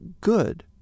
good